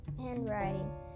handwriting